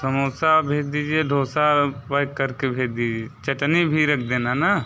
समोसा भेज दीजिए डोसा पैक कर के भेज दीजिए चटनी भी रख देना ना